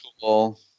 cool